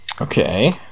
Okay